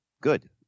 good